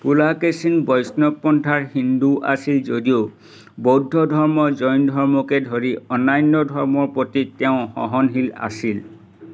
পুলাকেশিন বৈষ্ণৱ পন্থাৰ হিন্দু আছিল যদিও বৌদ্ধ ধৰ্ম জৈন ধৰ্মকে ধৰি অন্যান্য ধৰ্মৰ প্ৰতি তেওঁ সহনশীল আছিল